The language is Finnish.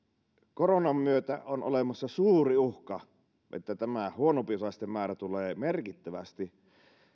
koronan myötä on olemassa suuri uhka että tämä huonompiosaisten määrä tulee merkittävästi